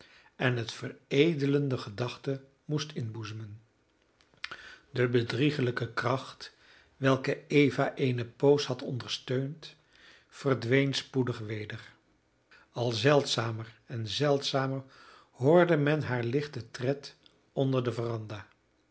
en het veredelende gedachten moest inboezemen de bedriegelijke kracht welke eva eene poos had ondersteund verdween spoedig weder al zeldzamer en zeldzamer hoorde men haar lichten tred onder de